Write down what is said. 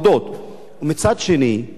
מצד שני, אותה ממשלה